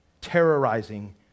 terrorizing